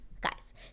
guys